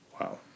Wow